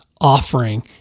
offering